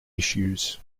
issues